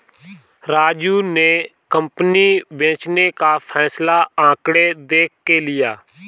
राजू ने कंपनी बेचने का फैसला आंकड़े देख के लिए